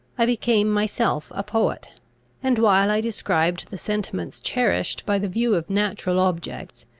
i became myself a poet and, while i described the sentiments cherished by the view of natural objects,